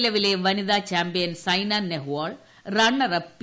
നിലവിലെ വനിതാ champion Saina Nehwal runner up P